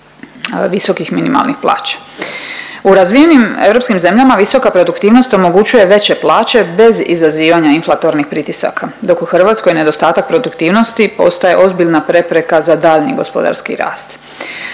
U razvijenim europskim zemljama visoka produktivnost omogućuje veće plaće bez izazivanja inflatornih pritisaka, dok u Hrvatskoj nedostatak produktivnosti postaje ozbiljna prepreka za daljnji gospodarski rast.